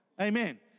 Amen